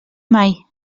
mai